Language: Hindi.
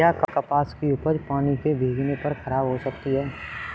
क्या कपास की उपज पानी से भीगने पर खराब हो सकती है?